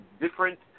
different